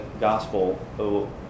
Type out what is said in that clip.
gospel